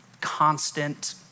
constant